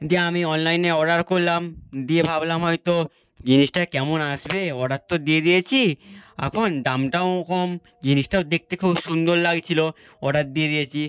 দিয়ে আমি অনলাইনে অর্ডার করলাম দিয়ে ভাবলাম হয়তো জিনিসটা কেমন আসবে অর্ডার তো দিয়ে দিয়েছি এখন দামটাও কম জিনিসটাও দেখতে খুব সুন্দর লাগছিল অর্ডার দিয়ে দিয়েছি